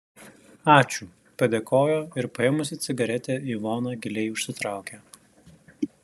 ačiū padėkojo ir paėmusi cigaretę ivona giliai užsitraukė